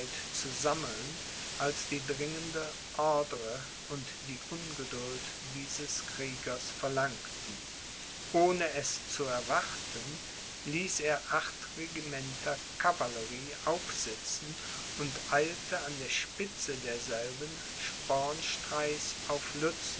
zu sammeln als die dringende ordre und die ungeduld dieses kriegers verlangten ohne es zu erwarten ließ er acht regimenter cavallerie aufsitzen und eilte an der spitze derselben spornstreichs auf